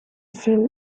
fell